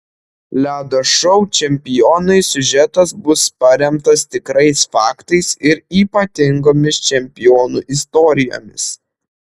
ledo šou čempionai siužetas bus paremtas tikrais faktais ir ypatingomis čempionų istorijomis